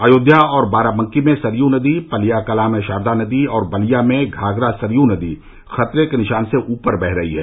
अयोध्या और बाराबंकी में सरयू नदी पलियाकलां में शारदा नदी और बलिया में घाघरा सरयू नदी खतरे के निशान से ऊपर बह रही है